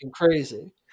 crazy